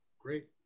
Great